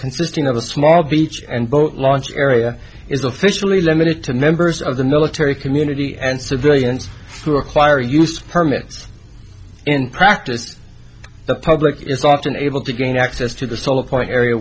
consisting of a small beach and boat launch area is officially limited to members of the military community and civilians to acquire used permits in practice the public is often able to gain access to the solar point area